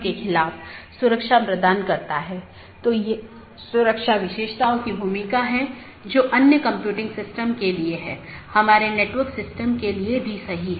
इसका मतलब है कि मार्ग इन कई AS द्वारा परिभाषित है जोकि AS की विशेषता सेट द्वारा परिभाषित किया जाता है और इस विशेषता मूल्यों का उपयोग दिए गए AS की नीति के आधार पर इष्टतम पथ खोजने के लिए किया जाता है